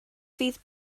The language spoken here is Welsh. fydd